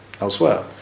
elsewhere